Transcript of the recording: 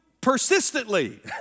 persistently